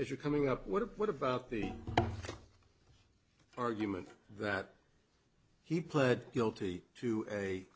if you're coming up what if what about the argument that he pled guilty to a